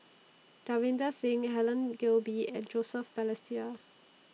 Davinder Singh Helen Gilbey and Joseph Balestier